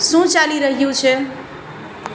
શું ચાલી રહ્યું છે